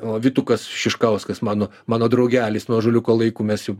o vytukas šiškauskas mano mano draugelis nuo ąžuoliuko laikų mes jau